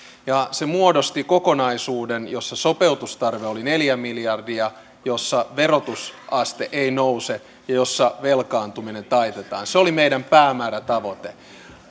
se muodosti kokonaisuuden jossa sopeutustarve oli neljä miljardia jossa verotusaste ei nouse ja jossa velkaantuminen taitetaan se oli meidän päämäärätavoitteemme